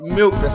milk